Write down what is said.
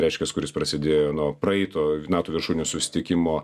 reiškiasi kuris prasidėjo nuo praeito nato viršūnių susitikimo